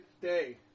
day